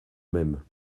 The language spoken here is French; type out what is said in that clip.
même